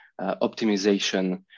optimization